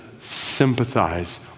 sympathize